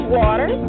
water